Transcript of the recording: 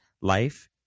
life